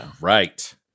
right